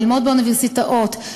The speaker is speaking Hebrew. ללמוד באוניברסיטאות,